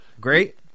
Great